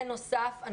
בנוסף,